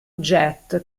jet